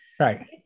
Right